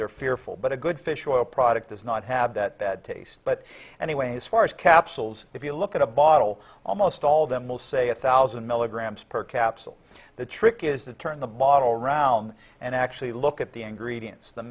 they're fearful but a good fish oil products does not have that bad taste but anyway as far as capsules if you look at a bottle almost all of them will say a thousand milligrams per capsule the trick is to turn the bottle around and actually look at the end greetings the